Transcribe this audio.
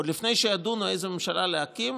עוד לפני שידונו איזו ממשלה להקים,